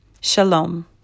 Shalom